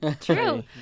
True